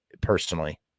personally